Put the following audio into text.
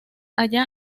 allá